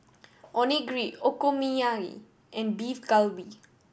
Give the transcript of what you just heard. Onigiri Okonomiyaki and Beef Galbi